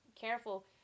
careful